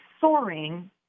soaring